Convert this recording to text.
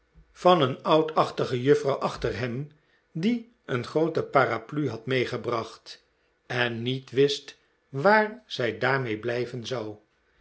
van een oudachtige juffrouw achter hem die een groote paraplu had meegebracht en niet wist waar zij daarmee blijven zou